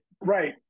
Right